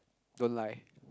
don't like